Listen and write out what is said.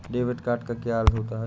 Debit card क्या होता है?